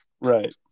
Right